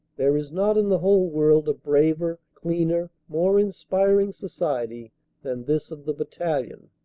there is not in the whole world a braver, cleaner, more inspiring society than this of the battalion.